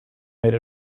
made